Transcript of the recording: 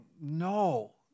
no